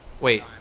Wait